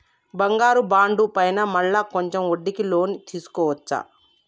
బంగారు బాండు పైన మళ్ళా కొంచెం వడ్డీకి లోన్ తీసుకోవచ్చా?